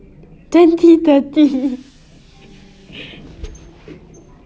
twenty thirty